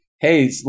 Hey